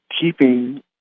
keeping